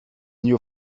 new